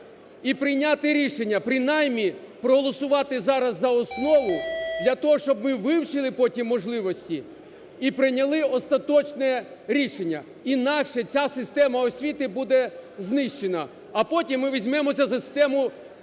і прийняти рішення принаймні проголосувати зараз за основу для того, щоб ми вивчили потім можливості і прийняли остаточне рішення. Інакше ця система освіти буде знищена, а потім ми візьмемося за систему